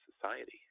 society